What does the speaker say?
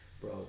bro